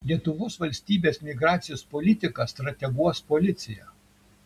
lietuvos valstybės migracijos politiką strateguos policija